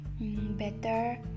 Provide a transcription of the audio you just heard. Better